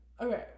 okay